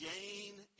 gain